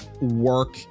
work